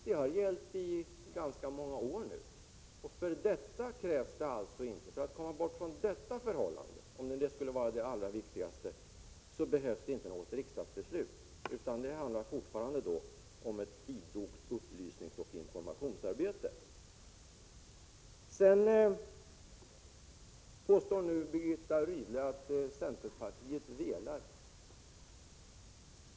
Det har gällt i ganska många år nu, och för att komma bort från detta förhållande, om nu det skulle vara det allra viktigaste, behövs det inte något riksdagsbeslut, utan det handlar fortfarande om ett idogt upplysningsoch informationsarbete. Sedan påstår Birgitta Rydle att centerpartiet velar.